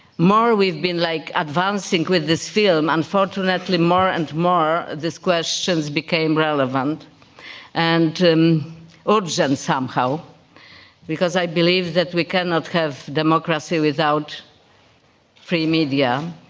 more we've been like advancing with this film, and fortunately more and more, these questions became relevant and um urgent somehow because i believe that we cannot have democracy without free media.